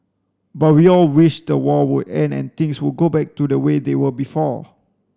but we all wished the war would end and things would go back to the way they were before